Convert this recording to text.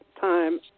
time